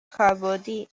کاربردی